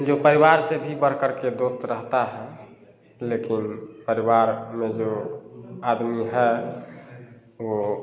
जो परिवार से भी बढ़ कर के दोस्त रहता है लेकिन परिवार में जो आदमी है वह